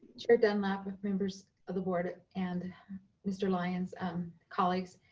chair dunlap, with members of the board and mr. lyons, and colleagues,